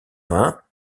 vingts